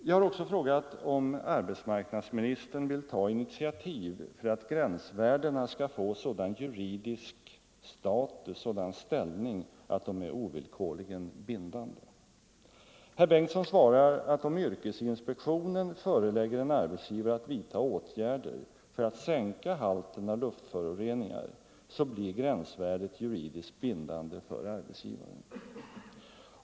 Jag har också frågat om arbetsmarknadsministern vill ta initiativ för att gränsvärdena skall få sådan juridisk status att de är ovillkorligen bindande. Herr Bengtsson svarar att om yrkesinspektionen förelägger en arbetsgivare att vidta åtgärder för att sänka halten av luftföroreningar, blir gränsvärdet juridiskt bindande för arbetsgivaren.